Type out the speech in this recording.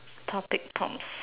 topic prompts